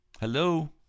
Hello